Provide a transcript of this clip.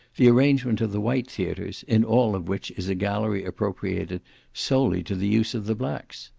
the arrangement of the white theatres, in all of which is a gallery appropriated solely to the use of the blacks.